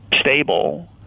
stable